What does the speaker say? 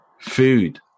food